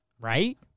Right